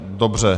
Dobře.